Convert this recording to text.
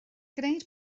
gwneud